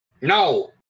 No